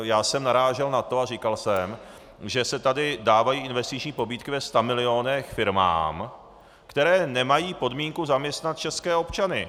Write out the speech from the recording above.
Já jsem narážel na to a říkal jsem, že se tady dávají investiční pobídky ve stamilionech firmám, které nemají podmínku zaměstnat české občany.